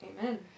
Amen